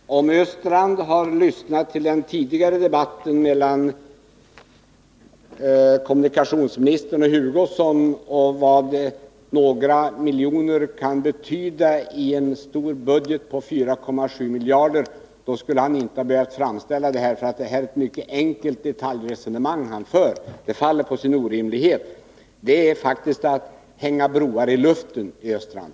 Fru talman! Om Olle Östrand hade lyssnat till den tidigare debatten mellan kommunikationsministern och Kurt Hugosson om vad några miljoner kan betyda i en stor budget på 4,7 miljarder, skulle han inte ha behövt uttala sig som han gjort. Det är ett mycket enkelt detaljresonemang han för, som faller på sin orimlighet. Det är faktiskt som att hänga broar i luften, Olle Östrand!